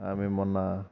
ఆమె మొన్న